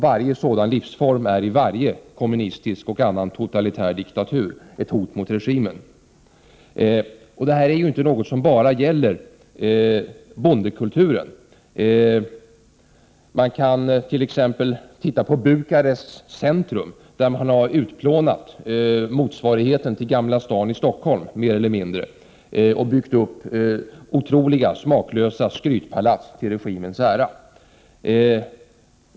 Varje sådan livsform är i varje kommunistisk och annan totalitär diktatur ett hot mot regimen. Det här är inte någonting som bara gäller bondekulturen. Titta t.ex. på Bukarests centrum, där man mer eller mindre har utplånat motsvarigheten till Gamla stan i Stockholm och byggt upp otroliga, smaklösa skrytpalats till regimens ära.